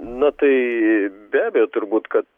na tai be abejo turbūt kad